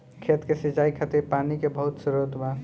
खेत के सिंचाई खातिर पानी के बहुत स्त्रोत बा